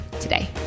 today